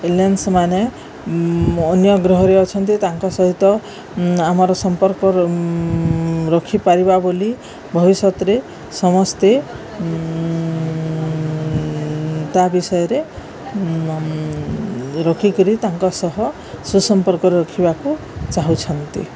ଏଲିଏନ୍ସମାନେ ଅନ୍ୟ ଗ୍ରହରେ ଅଛନ୍ତି ତାଙ୍କ ସହିତ ଆମର ସମ୍ପର୍କ ରଖିପାରିବା ବୋଲି ଭବିଷ୍ୟତରେ ସମସ୍ତେ ତା ବିଷୟରେ ରଖିକରି ତାଙ୍କ ସହ ସୁସମ୍ପର୍କ ରଖିବାକୁ ଚାହୁଁଛନ୍ତି